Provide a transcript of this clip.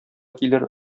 килер